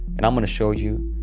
and i'm gonna show you.